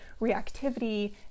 reactivity